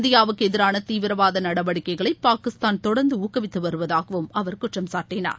இந்தியாவுக்கு எதிரான தீவிரவாத நடவடிக்கைகளை பாகிஸ்தான் தொடர்ந்து ஊக்குவித்து வருவதாகவும் அவர் குற்றம் சாட்டினார்